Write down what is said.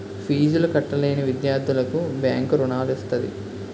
ఫీజులు కట్టలేని విద్యార్థులకు బ్యాంకు రుణాలు ఇస్తది